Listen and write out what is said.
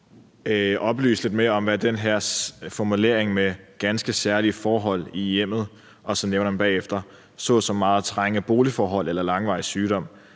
oplyse lidt mere om, hvad den her formulering ganske særlige forhold i hjemmet, dækker over. Man nævner så bagefter »meget trange boligforhold eller langvarig sygdom«,